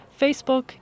Facebook